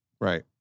Right